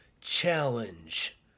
challenge